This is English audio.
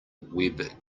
web